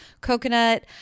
coconut